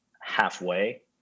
halfway